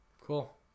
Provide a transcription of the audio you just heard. Cool